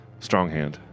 stronghand